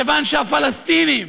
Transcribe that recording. כיוון שהפלסטינים,